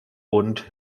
und